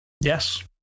Yes